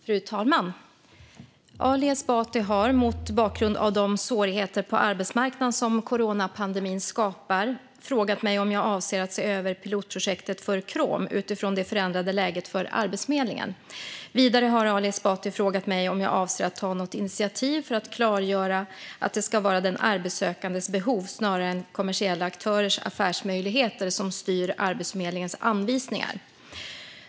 Fru talman! Ali Esbati har, mot bakgrund av de svårigheter på arbetsmarknaden som coronaepidemin skapar, frågat mig om jag avser att se över pilotprojektet för KROM utifrån det förändrade läget för Arbetsförmedlingen. Vidare har Ali Esbati frågat mig om jag avser att ta något initiativ för att klargöra att det ska vara den arbetssökandes behov snarare än kommersiella aktörers affärsmöjligheter som styr Arbetsförmedlingens anvisningar.